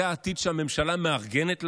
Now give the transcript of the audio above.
זה העתיד שהממשלה מארגנת לנו?